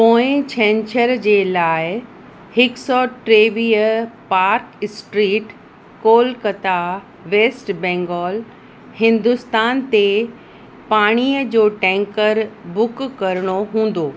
पोइ छंछर जे लाइ हिक सौ टेवीह पार्क स्ट्रीट कोलकता वेस्ट बैंगोल हिन्दुस्तान ते पाणीअ जो टैंकर बुक करिणो हूंदो